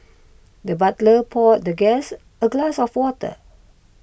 the butler poured the guest a glass of water